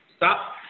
Stop